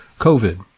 COVID